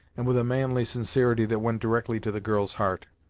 and with a manly sincerity that went directly to the girl's heart,